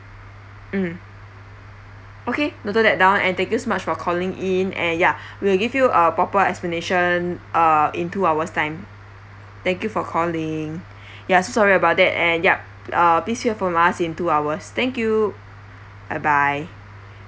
mm okay noted that down and thank you so much for calling in and ya we will give you uh proper explanation uh in two hours time thank you for calling ya so sorry about that and yup uh please hear from us in two hours thank you bye bye